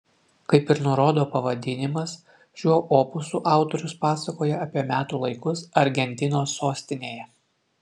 kaip ir nurodo pavadinimas šiuo opusu autorius pasakoja apie metų laikus argentinos sostinėje